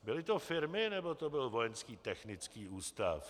Byly to firmy, nebo to byl Vojenský technický ústav?